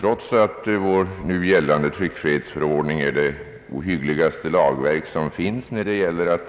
Trots att vår nu gällande tryckfrihetsförordning är det ohyggligaste lagverk som finns att handha och